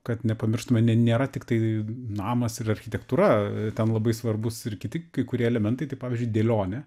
kad nepamirštume ne nėra tiktai namas ir architektūra ten labai svarbus ir kiti kai kurie elementai tai pavyzdžiui dėlionė